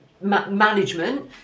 management